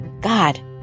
God